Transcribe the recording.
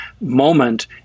moment